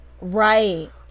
Right